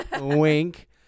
wink